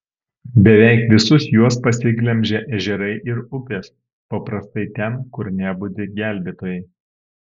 beveik visus juos pasiglemžė ežerai ir upės paprastai ten kur nebudi gelbėtojai